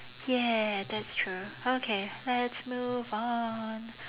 ya that's true okay let's move on